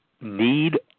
need